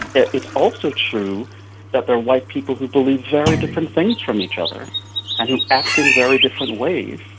it's also true that there are white people who believe very different things from each other and who act in very different ways.